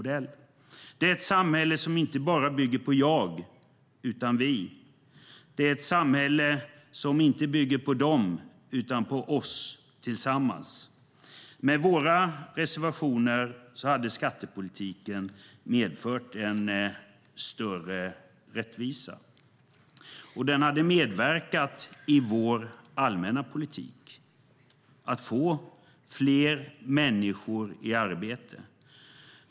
Det är ett samhälle som inte bara bygger på jag utan på vi . Det är ett samhälle som inte bygger på dem utan på oss tillsammans. Med våra reservationer hade skattepolitiken medfört en större rättvisa, och den hade medverkat i vår allmänna politik till att få fler människor i arbete.